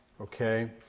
Okay